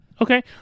Okay